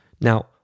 Now